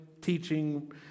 teaching